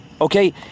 Okay